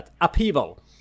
Upheaval